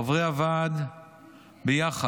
חברי הוועדה ביחד,